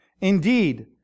Indeed